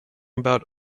about